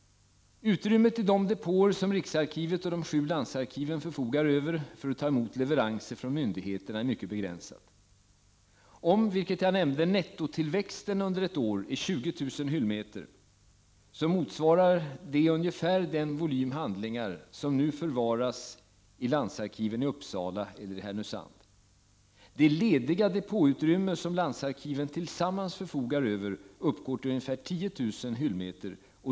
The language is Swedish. Utrymmet i de depåer som riksarkivet och de sju landsarkiven förfogar över för att ta emot leveranser från myndigheterna är mycket begränsat. Om, vilket jag nämnde, nettotillväxten under ett år är 20 000 hyllmeter motsvarar det ungefär den volym handlingar som nu förvaras i landsarkiven i Uppsala eller Härnösand. Det lediga depåutrymme som landsarkiven tillsammans förfogar över uppgår till ungefär 10000 hyllmeter.